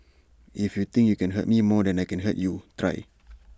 if you think you can hurt me more than I can hurt you try